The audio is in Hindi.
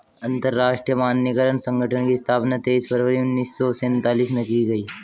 अंतरराष्ट्रीय मानकीकरण संगठन की स्थापना तेईस फरवरी उन्नीस सौ सेंतालीस में की गई